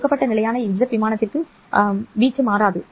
கொடுக்கப்பட்ட நிலையான z விமானத்திற்கு வீச்சு மாறாது